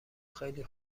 خیلی